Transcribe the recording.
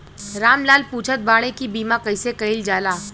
राम लाल पुछत बाड़े की बीमा कैसे कईल जाला?